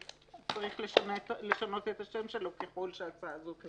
וצריך לשנות את השם שלו ככל שההצעה הזאת תתקבל.